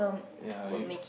ya if